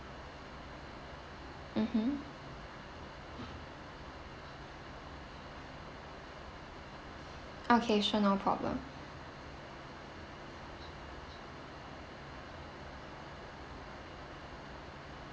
mmhmm okay sure no problem